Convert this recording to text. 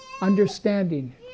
understanding